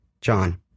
john